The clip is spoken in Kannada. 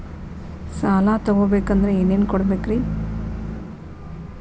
ಸಾಲ ತೊಗೋಬೇಕಂದ್ರ ಏನೇನ್ ಕೊಡಬೇಕ್ರಿ?